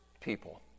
people